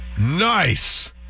nice